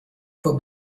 for